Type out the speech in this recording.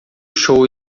show